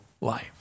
life